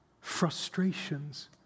frustrations